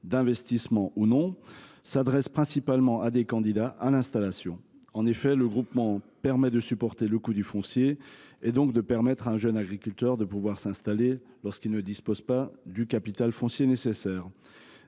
d’un GFAI ou non, s’adressent principalement à des candidats à l’installation. En effet, le groupement, en aidant à supporter le coût du foncier, permet à un jeune agriculteur de s’installer lorsqu’il ne dispose pas du capital foncier nécessaire.